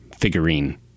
figurine